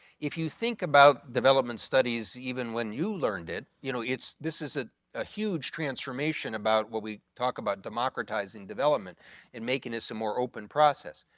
if you think about development studies even when you learned it, you know, it's this is ah a huge transformation about when we talk about democratizing development and making this a more open process.